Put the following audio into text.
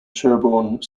sherborne